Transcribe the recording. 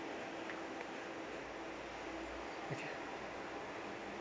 okay